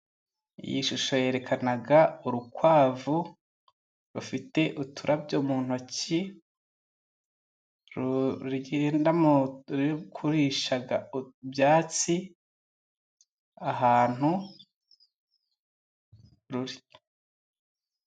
Iyi shusho yerekana urukwavu rufite uturabyo mu ntoki, rugenda ruri kurisha ibyatsi ahantu ruri.